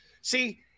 See